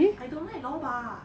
I don't like lor bak